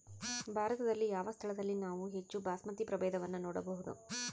ಭಾರತದಲ್ಲಿ ಯಾವ ಸ್ಥಳದಲ್ಲಿ ನಾವು ಹೆಚ್ಚು ಬಾಸ್ಮತಿ ಪ್ರಭೇದವನ್ನು ನೋಡಬಹುದು?